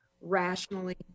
rationally